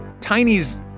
Tiny's